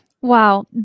Wow